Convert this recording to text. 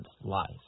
life